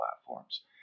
platforms